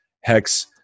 Hex